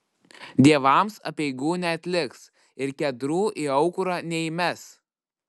dievams apeigų neatliks ir kedrų į aukurą neįmes